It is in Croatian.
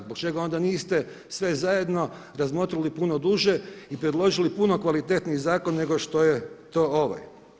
Zbog čega onda niste sve zajedno razmotrili puno duže i predložili puno kvalitetniji zakon nego što je to ovaj.